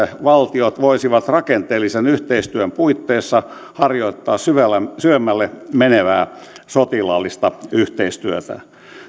valtiot voisivat rakenteellisen yhteistyön puitteissa harjoittaa syvemmälle syvemmälle menevää sotilaallista yhteistyötä